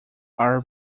are